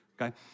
okay